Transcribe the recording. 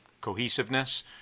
cohesiveness